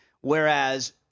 Whereas